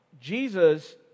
Jesus